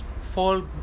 fall